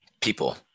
People